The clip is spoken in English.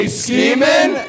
scheming